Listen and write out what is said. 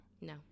No